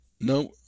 No